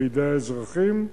בידי האזרחים,